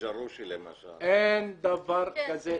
אין דבר כזה.